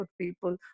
people